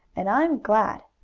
and i'm glad!